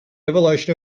evolution